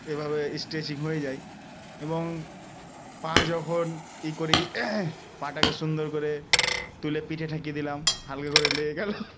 এভাবে স্ট্রেচিং হয়ে যায় এবং পা যখন ই করি পা টাকে সুন্দর করে তুলে পিঠে ঠেকিয়ে দিলাম হালকা করে লেগে গেল